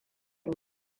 mu